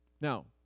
Now